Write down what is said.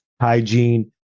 hygiene